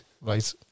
Right